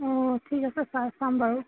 অঁ ঠিক আছে ছাৰ চাম বাৰু